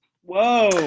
whoa